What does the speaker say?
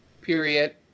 Period